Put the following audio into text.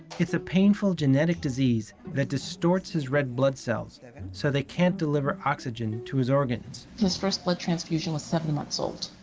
it's a painful genetic disease that distorts his red blood cells so they can't deliver oxygen to his organs. his first blood transfusion was seven months old.